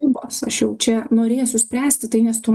ribos aš jau čia norėsiu spręsti tai nes tu